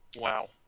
Wow